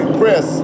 Chris